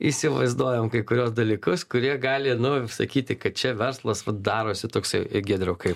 įsivaizduojam kai kuriuos dalykus kurie gali nu sakyti kad čia verslas vat darosi toksai giedriau kaip